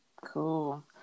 cool